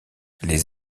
les